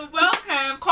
welcome